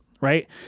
right